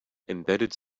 embedded